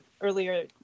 earlier